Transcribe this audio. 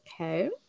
okay